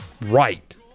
right